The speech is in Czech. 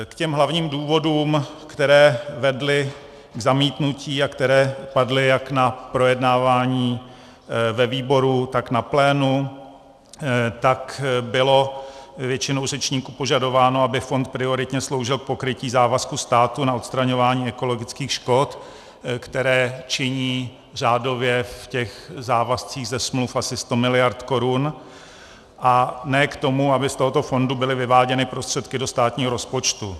K hlavním důvodům, které vedly k zamítnutí a které padly jak na projednávání ve výboru, tak na plénu, tak bylo většinou řečníků požadováno, aby fond prioritně sloužil k pokrytí závazků státu na odstraňování ekologických škod, které činí řádově v závazcích ze smluv asi 100 miliard korun, a ne k tomu, aby z tohoto fondu byly vyváděny prostředky do státního rozpočtu.